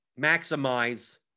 maximize